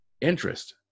interest